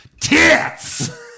tits